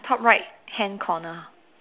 top right hand corner